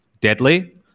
deadly